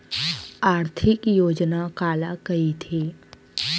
आर्थिक योजना काला कइथे?